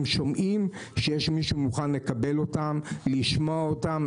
שומעים שיש מי שמוכן לקבל אותם ולשמוע אותם.